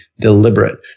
deliberate